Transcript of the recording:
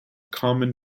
common